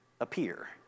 appear